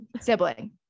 sibling